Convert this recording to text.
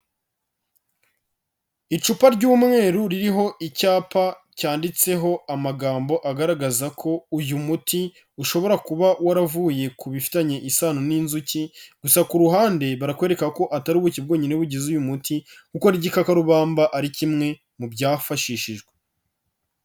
Icupa ry'umweru ririho icyapa cyanditseho amagambo agaragaza ko uyu muti ushobora kuba waravuye ku bifitanye isano n'inzuki, gusa ku ruhande barakwereka ko atari ubuki bwonyine bugize uyu muti kuko n'igikakarubamba ari kimwe mu byafashishijwe.